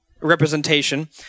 representation